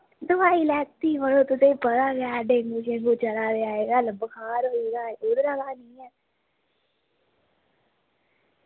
दोआई लैती ही ते मड़ो तुसेंगी पता गै डेंगु चला दे अज्जकल बुखार होई दा हा